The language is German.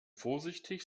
vorsichtig